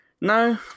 No